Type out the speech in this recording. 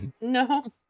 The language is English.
no